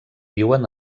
viuen